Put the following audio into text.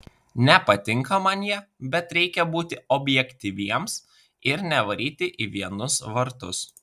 nepatinka man jie bet reikia būti objektyviems ir nevaryti į vienus vartus